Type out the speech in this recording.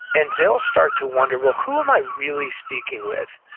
and they'll start to wonder, well, who am i really speaking with?